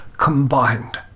combined